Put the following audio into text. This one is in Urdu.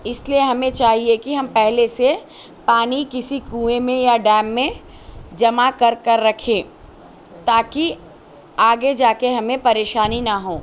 اس لیے ہمیں چاہیے کہ ہم پہلے سے پانی کسی کنویں میں یا ڈیم میں جمع کر کر رکھے تا کہ آگے جا کے ہمیں پریشانی نہ ہو